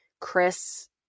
Chris